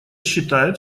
считает